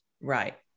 Right